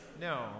No